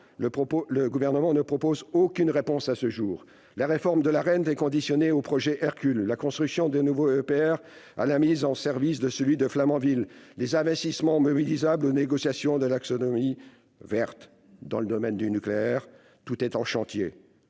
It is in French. le Gouvernement ne propose aucune réponse à ce jour. La réforme de l'Arenh est conditionnée au projet « Hercule », la construction de nouveaux EPR à la mise en service de celui de Flamanville, les investissements mobilisables aux négociations sur la « taxonomie verte ». Dans le domaine du nucléaire, tout est en chantier,